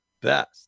best